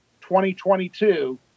2022